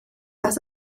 aus